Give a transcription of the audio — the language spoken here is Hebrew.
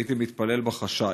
הייתי מתפלל בחשאי.